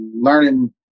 learning